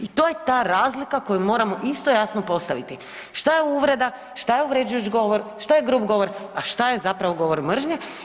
I to je ta razlika koju moramo isto jasno postaviti šta je uvreda, šta je uvređujuć govor, šta je grub govor, a šta je zapravo govor mržnje.